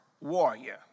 warrior